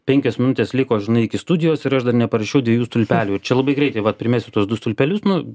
penkios minutės liko žinai iki studijos ir aš dar neparašiau dviejų stulpelių čia labai greitai vat primesiu tuos du stulpelius nu